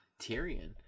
Tyrion